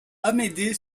amédée